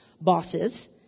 bosses